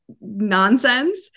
nonsense